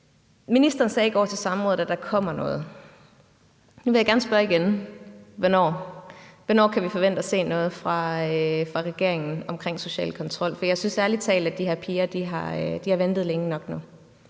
Ministeren sagde i går til samrådet, at der kommer noget. Nu vil jeg gerne spørge igen: hvornår? Hvornår kan vi forvente at se noget fra regeringen omkring social kontrol? For jeg synes ærligt talt, at de her piger har ventet længe nok nu.